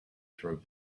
throw